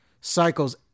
cycles